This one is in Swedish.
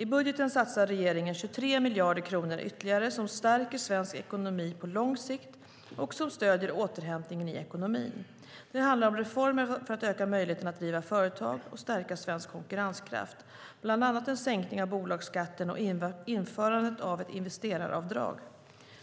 I budgeten satsar regeringen 23 miljarder kronor ytterligare som stärker svensk ekonomi på lång sikt och som stöder återhämtningen i ekonomin. Det handlar om reformer för att öka möjligheterna att driva företag och stärka svensk konkurrenskraft, bland annat en sänkning av bolagsskatten och införandet av ett investeraravdrag.